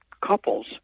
couples